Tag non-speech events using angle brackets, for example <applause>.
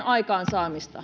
<unintelligible> aikaansaamisen